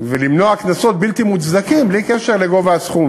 ולמנוע קנסות בלתי מוצדקים, בלי קשר לגובה הסכום.